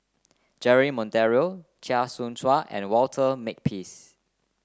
Jeremy Monteiro Chia Choo Suan and Walter Makepeace